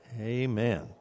Amen